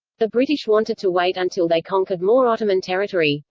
the british wanted to wait until they conquered more ottoman territory.